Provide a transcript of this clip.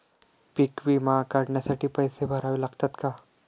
पीक विमा काढण्यासाठी पैसे भरावे लागतात का?